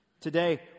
Today